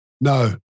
No